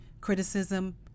criticism